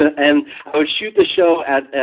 and i would shoot the show